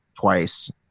twice